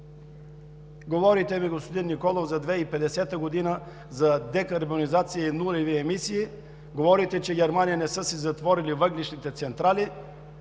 Говорите ми, господин Николов, за 2050 г., за декарбонизация и нулеви емисии, че Германия не са си затворили въглищните централи.